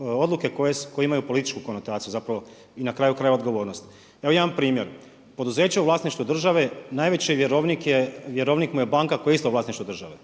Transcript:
odluke koje imaju političku konotaciju zapravo i na kraju krajeva odgovornost. Evo jedan primjer, poduzeće u vlasništvu države najveći vjerovnik je, vjerovnik mu je banka koja je isto u vlasništvu države.